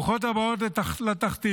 ברוכות הבאות לתחתית.